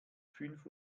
fünf